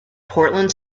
portland